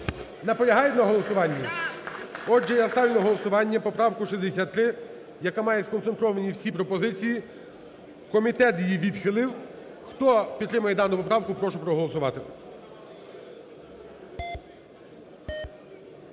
Наполягають на голосуванні? Отже, я ставлю на голосування поправку 63, яка має сконцентровані всі пропозиції, комітет її відхилив. Хто підтримує дану поправку, прошу проголосувати.